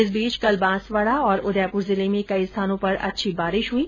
इस बीच कल बांसवाडा और उदयपुर जिले में कई स्थानों पर अच्छी बारिश हुई